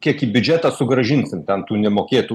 kiek į biudžetą sugrąžinsim ten tų nemokėtų